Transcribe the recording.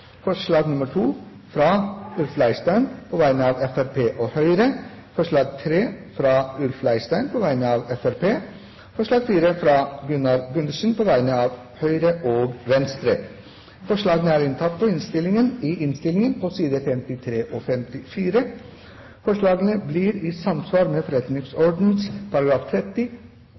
forslag nr. 2, fra Ulf Leirstein på vegne av Fremskrittspartiet og Høyre forslag nr. 3, fra Ulf Leirstein på vegne av Fremskrittspartiet forslag nr. 4, fra Gunnar Gundersen på vegne av Høyre og Venstre Det voteres over I § 9 første ledd åttende punktum. Fremskrittspartiet, Høyre, Kristelig Folkeparti og